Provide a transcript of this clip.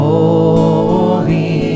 Holy